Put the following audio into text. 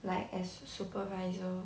like as supervisor